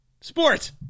Sports